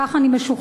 כך אני משוכנעת,